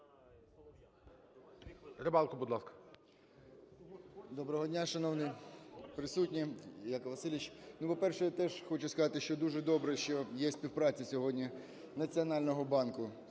РИБАЛКА С.В. Доброго дня, шановні присутні, Яків Васильович! Ну, по-перше, теж хочу сказати, що дуже добре, що є співпраця сьогодні Національного банку